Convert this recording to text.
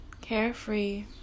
carefree